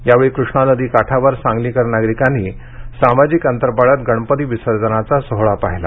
यावेळी कृष्णानदी काठावर सांगलीकर नागरिकांनी सामाजिक अंतर पाळत गणपती विसर्जनाचा सोहोळा पाहिला